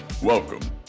Welcome